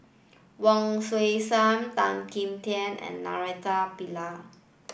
Wong Tuang Seng Tan Kim Tian and Naraina Pillai